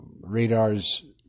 Radar's